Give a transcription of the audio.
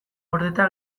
gordeta